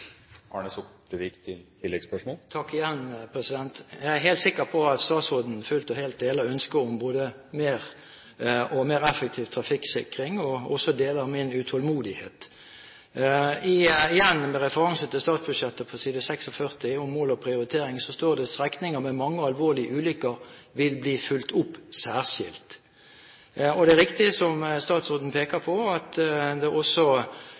Jeg er sikker på at statsråden fullt og helt deler ønsket om å få mer effektiv trafikksikring og også deler min utålmodighet. Igjen med referanse til statsbudsjettet på side 46 om mål og prioriteringer står det: «Strekninger med mange og alvorlige ulykker vil bli fulgt opp spesielt.» Det er riktig som statsråden peker på, at det også er